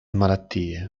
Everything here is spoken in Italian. malattie